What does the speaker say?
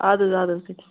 اَدٕ اَدٕ حظ تُہۍ